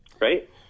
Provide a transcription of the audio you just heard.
right